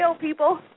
people